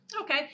Okay